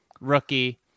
rookie